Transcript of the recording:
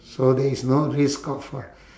so there is no risk of uh